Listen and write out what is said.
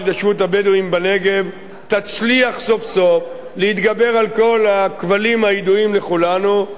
תצליח סוף-סוף להתגבר על כל הכבלים הידועים לכולנו ותצליח